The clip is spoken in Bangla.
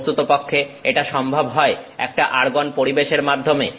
বস্তুতপক্ষে এটা সম্ভব হয় একটা আর্গন পরিবেশের মাধ্যমে